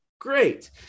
great